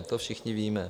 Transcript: To všichni víme.